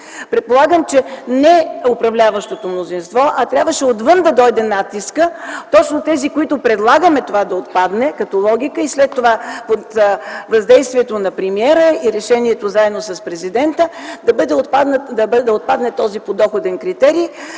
Предполагам, че не управляващото мнозинство, а трябваше отвън да дойде натискът, точно тези, които предлагаме това да отпадне като логика и след това под въздействието на премиера и решението заедно с президента да отпадне този подоходен критерий,